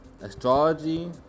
astrology